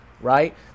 right